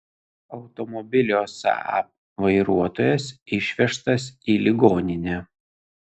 automobilio saab vairuotojas išvežtas į ligoninę